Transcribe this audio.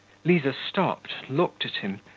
liza stopped, looked at him,